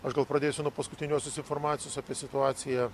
aš gal pradėsiu nuo paskutiniosios informacijos apie situaciją